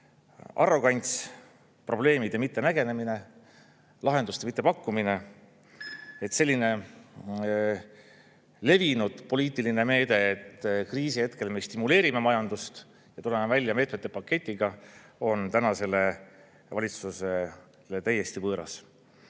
Arrogants, probleemide mitte nägemine, lahenduste mitte pakkumine. Selline levinud poliitiline meede, et kriisihetkel me stimuleerime majandust ja tuleme välja meetmete paketiga, on tänasele valitsusele täiesti võõras.